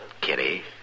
Kitty